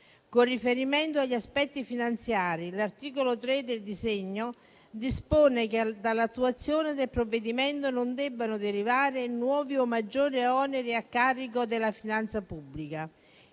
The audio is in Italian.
Con riferimento agli aspetti finanziari, l'articolo 3 del provvedimento dispone che dall'attuazione del Protocollo non debbano derivare nuovi o maggiori oneri a carico della finanza pubblica.